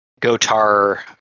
Gotar